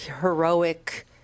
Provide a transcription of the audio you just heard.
heroic